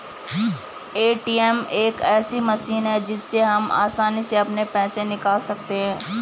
ATM एक ऐसी मशीन है जिससे हम आसानी से अपने पैसे निकाल सकते हैं